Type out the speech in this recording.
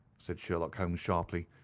said sherlock holmes, sharply.